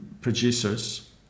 producers